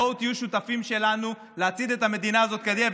בואו תהיו שותפים שלנו להצעיד את המדינה הזאת קדימה.